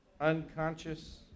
unconscious